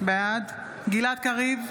בעד גלעד קריב,